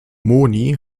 moni